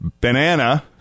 banana